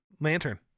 Lantern